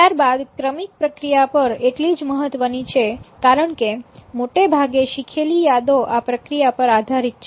ત્યારબાદ ક્રમિક પ્રક્રિયા પણ એટલી જ મહત્વની છે કારણકે મોટેભાગે શીખેલી યાદો આ પ્રક્રિયા પર આધારિત છે